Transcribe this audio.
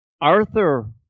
Arthur